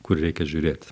kur reikia žiūrėt